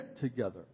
together